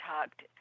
talked